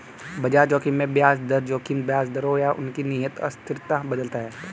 बाजार जोखिम में ब्याज दर जोखिम ब्याज दरों या उनके निहित अस्थिरता बदलता है